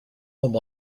home